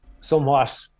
somewhat